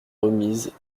remise